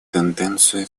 тенденцию